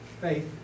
faith